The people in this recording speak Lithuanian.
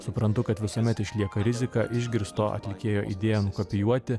suprantu kad visuomet išlieka rizika išgirsto atlikėjo idėją nukopijuoti